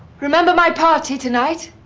remember my party tonight.